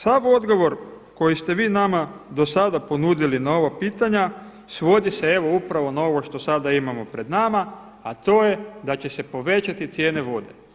Sav odgovor koji ste vi nama do sada ponudili na ova pitanja svodi se evo upravo na ovo što sada imamo pred nama, a to je da će se povećati cijene vode.